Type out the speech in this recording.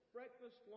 Breakfast